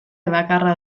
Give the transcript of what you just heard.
bakarra